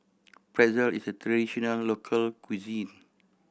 pretzel is a traditional local cuisine